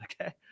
Okay